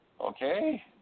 Okay